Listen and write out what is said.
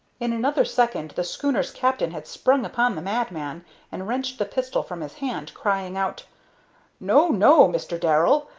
in another second the schooner's captain had sprung upon the madman and wrenched the pistol from his hand, crying out no, no, mr. darrell!